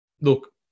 look